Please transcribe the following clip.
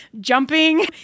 jumping